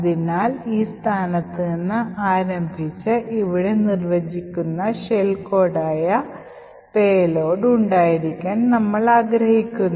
അതിനാൽ ഈ സ്ഥാനത്ത് നിന്ന് ആരംഭിച്ച് ഇവിടെ നിർവചിച്ചിരിക്കുന്ന ഷെൽ കോഡായ പേലോഡ് ഉണ്ടായിരിക്കാൻ നമ്മൾ ആഗ്രഹിക്കുന്നു